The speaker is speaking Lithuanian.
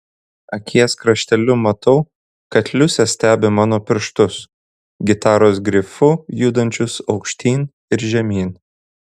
akies krašteliu matau kad liusė stebi mano pirštus gitaros grifu judančius aukštyn ir žemyn